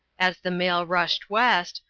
as the mail rushed west,